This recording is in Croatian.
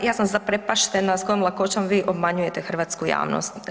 Ja sam zaprepaštena sa kojom lakoćom vi obmanjujete hrvatsku javnost.